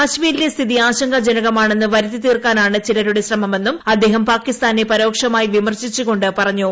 കശ്മീരിലെ സ്ഥിതി ആശങ്കാജനകമാണെന്ന് വരുത്തിത്തീർക്കാനാണ് ചിലരുടെ ശ്രമമെന്നും അദ്ദേഹം പാകിസ്ഥാനെ പരോക്ഷമായി വിമർശിച്ചു